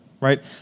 right